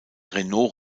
renault